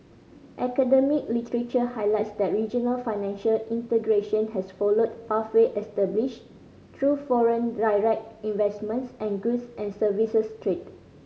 academic literature highlights that regional financial integration has followed pathway established through foreign direct investments and goods and services trade